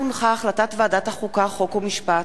החלטת ועדת החוקה, חוק ומשפט